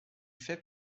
fait